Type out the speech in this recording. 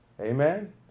Amen